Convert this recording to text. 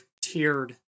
tiered